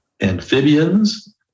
amphibians